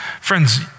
Friends